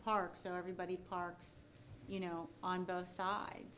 park so everybody parks you know on both sides